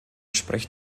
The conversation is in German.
spricht